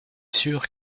sûr